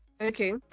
Okay